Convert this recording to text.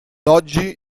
oggi